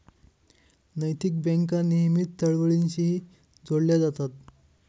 नैतिक बँका नेहमीच चळवळींशीही जोडल्या जातात